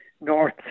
north